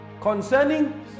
Concerning